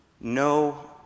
no